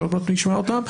שעוד מעט נשמע אותם,